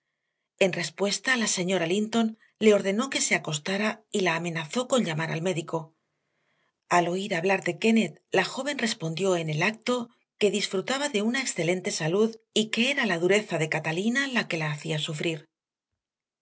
en respuesta la señora linton le ordenó que se acostara y la amenazó con llamar al médico al oír hablar de kennett la joven respondió en el acto que disfrutaba de una excelente salud y que era la dureza de catalina lo que la hacía sufrir